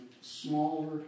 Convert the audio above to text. smaller